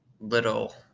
little